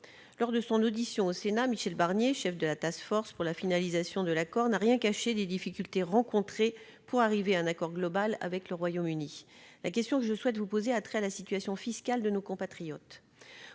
Lors de son audition au Sénat, Michel Barnier, chef de la Task Force pour la finalisation de l'accord, n'a rien caché des difficultés rencontrées pour arriver à un accord global avec le Royaume-Uni. Ma question a trait à la situation fiscale de nos compatriotes.